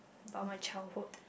about my childhood